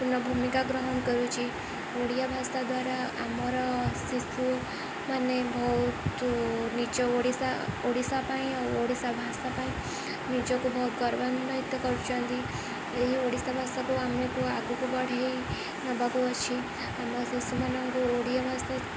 ପୂର୍ଣ୍ଣ ଭୂମିକା ଗ୍ରହଣ କରୁଛି ଓଡ଼ିଆ ଭାଷା ଦ୍ୱାରା ଆମର ଶିଶୁମାନେ ବହୁତ ନିଜ ଓଡ଼ିଶା ଓଡ଼ିଶା ପାଇଁ ଆଉ ଓଡ଼ିଶା ଭାଷା ପାଇଁ ନିଜକୁ ବହୁତ ଗୌରବାନ୍ୱିତ କରୁଛନ୍ତି ଏହି ଓଡ଼ିଶା ଭାଷାକୁ ଆମକୁ ଆଗକୁ ବଢ଼େଇ ନେବାକୁ ଅଛି ଆମ ଶିଶୁମାନଙ୍କୁ ଓଡ଼ିଆ ଭାଷା